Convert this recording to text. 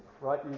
right